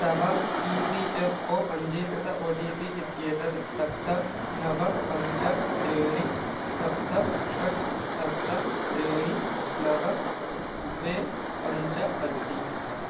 तव E P F O पञ्जीकृत O T P इत्येतत् सप्त नव पञ्च त्रीणि सप्त षट् सप्त त्रीणि नव द्वे पञ्च अस्ति